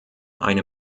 eine